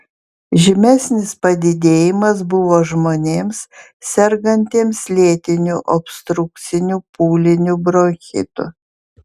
žymesnis padidėjimas buvo žmonėms sergantiems lėtiniu obstrukciniu pūliniu bronchitu